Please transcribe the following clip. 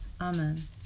Amen